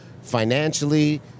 financially